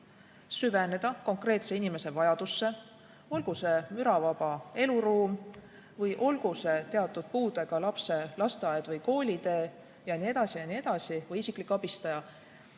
süveneda konkreetse inimese vajadusse, olgu see müravaba eluruum või olgu see teatud puudega lapse lasteaed või koolitee jne, jne, või isiklik abistaja,